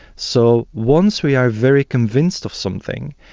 so once we are very convinced of something,